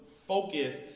focus